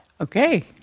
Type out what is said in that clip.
Okay